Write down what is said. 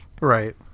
Right